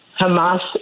Hamas